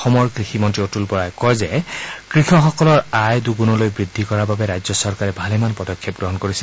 অসমৰ কৃষিমন্ত্ৰী অতুল বৰাই কয় যে কৃষকসকলৰ আয় দুগুণলৈ বৃদ্ধি কৰাৰ বাবে ৰাজ্য চৰকাৰে ভালেমান পদক্ষেপ গ্ৰহণ কৰিছে